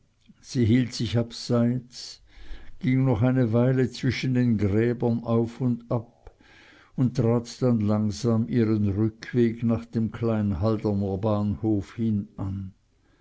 sie hielt sich abseits ging noch eine weile zwischen den gräbern auf und ab und trat dann langsam ihren rückweg nach dem klein halderner bahnhof hin an